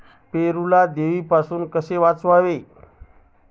पेरूला देवीपासून कसे वाचवावे?